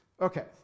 Okay